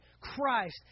Christ